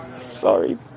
sorry